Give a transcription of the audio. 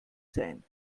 sein